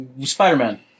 Spider-Man